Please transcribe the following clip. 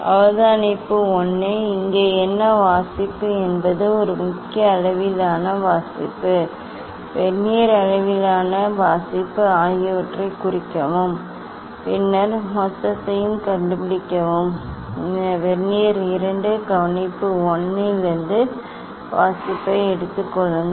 அவதானிப்பு 1 இங்கே என்ன வாசிப்பு என்பது ஒரு முக்கிய அளவிலான வாசிப்பு வெர்னியர் அளவிலான வாசிப்பு ஆகியவற்றைக் குறிக்கவும் பின்னர் மொத்தத்தைக் கண்டுபிடிக்கவும் பின்னர் வெர்னியர் 2 கவனிப்பு 1 இலிருந்து வாசிப்பை எடுத்துக் கொள்ளுங்கள்